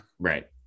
right